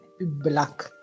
black